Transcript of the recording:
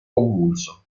convulso